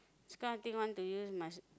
this kind of thing want to use must